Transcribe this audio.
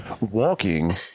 Walking